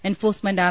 enforcement R